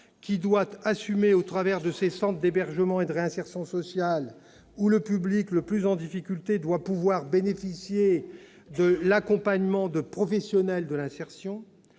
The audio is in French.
doit l'assumer au travers de ses centres d'hébergement et de réinsertion sociale, dans lesquels le public le plus en difficulté doit pouvoir bénéficier de l'accompagnement de professionnels de l'insertion.